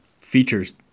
features